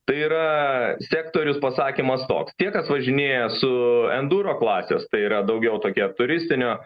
tai yra sektorius pasakymas toks tie kas važinėja su enduro klasės tai yra daugiau tokia turistinio